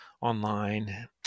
online